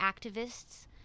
activists